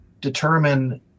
determine